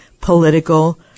political